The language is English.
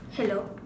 hello